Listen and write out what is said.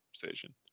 conversation